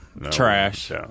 Trash